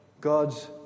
God's